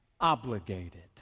obligated